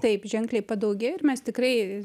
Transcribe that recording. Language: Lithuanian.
taip ženkliai padaugėjo ir mes tikrai